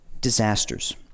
disasters